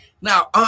Now